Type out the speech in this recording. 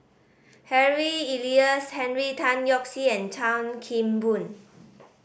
Harry Elias Henry Tan Yoke See and Chan Kim Boon